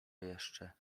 jeszcze